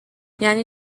یعنی